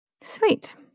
Sweet